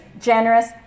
generous